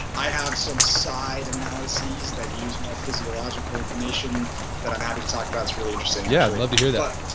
i have some side analyses that use more physiological information that i'm happy to talk about, it's really interesting yeah, i'd love to hear that